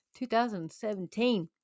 2017